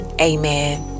Amen